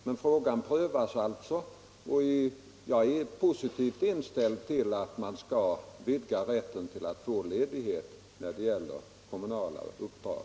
Men frågan prövas alltså, och jag är positivt inställd till en vidgning av rätten till tjänstledighet för kommunala uppdrag.